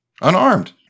Unarmed